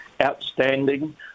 Outstanding